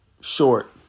short